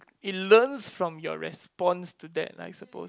it learns from your response to that I suppose